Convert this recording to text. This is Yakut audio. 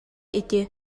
ити